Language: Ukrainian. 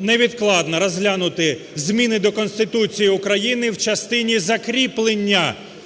невідкладно розглянути зміни до Конституції України в частині закріплення: